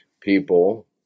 people